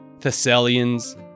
Thessalians